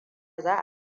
za